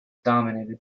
dominated